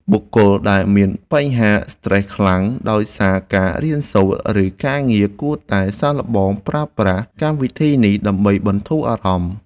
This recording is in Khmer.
បុគ្គលដែលមានបញ្ហាស្ត្រេសខ្លាំងដោយសារការរៀនសូត្រឬការងារគួរតែសាកល្បងប្រើប្រាស់កម្មវិធីនេះដើម្បីបន្ធូរអារម្មណ៍។